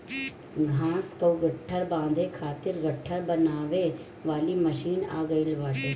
घाँस कअ गट्ठर बांधे खातिर गट्ठर बनावे वाली मशीन आ गइल बाटे